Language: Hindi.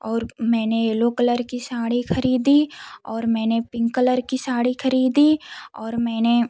और मैंने येलो कलर की साड़ी खरीदी और मैंने पिंक कलर की साड़ी खरीदी और मैंने